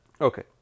Okay